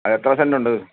അത് എത്ര സെൻറ്റ് ഉണ്ട്